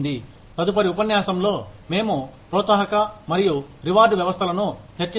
తదుపరి ఉపన్యాసంలో మేము ప్రోత్సాహక మరియు బహుమతి వ్యవస్థలను చర్చిస్తాము